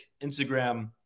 Instagram